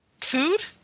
food